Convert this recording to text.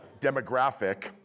demographic